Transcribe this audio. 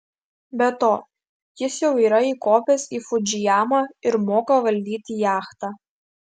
be to jis jau yra įkopęs į fudzijamą ir moka valdyti jachtą